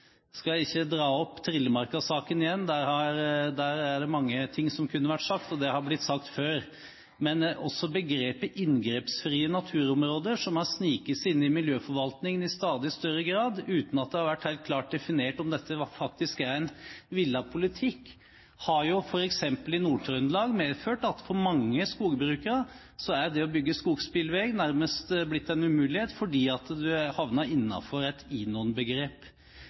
skal ikke dra opp Trillemarka-saken igjen. Der er det mye som kunne vært sagt, og det har blitt sagt før. Men også begrepet «inngrepsfrie naturområder», som har sneket seg inn i miljøforvaltningen i stadig større grad, uten at det har vært helt klart definert om dette faktisk er en villet politikk, har f.eks. i Nord-Trøndelag medført at for mange skogbrukere er det å bygge skogsbilvei nærmest blitt en umulighet, fordi man har havnet innenfor et